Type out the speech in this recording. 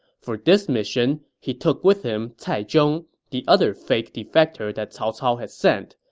for this mission, he took with him cai zhong, the other fake defector that cao cao had sent,